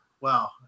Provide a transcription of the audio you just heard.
Wow